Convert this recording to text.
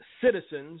citizens